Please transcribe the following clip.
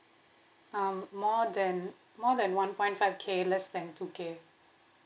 um more than more than one point five K less than two K